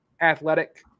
athletic